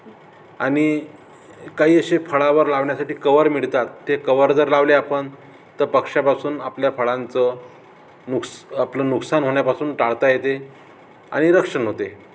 आणि काही असे फळावर लावण्यासाठी कवर मिळतात ते कवर जर लावले आपण तर पक्ष्यापासून आपल्या फळांचं नुकस आपलं नुकसान होण्यापासून टाळता येते आणि रक्षण होते